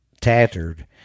tattered